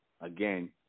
again